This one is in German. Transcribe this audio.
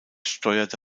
steuerte